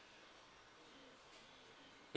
mm